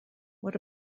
what